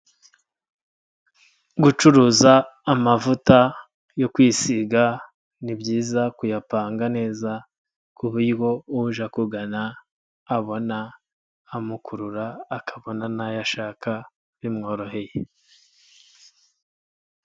Gucuruza amavuta yo kwisiga ni byiza kuyapanga neza ku buryo uje akugana abona amukurura akabona n'ayo ashaka bimworoheye.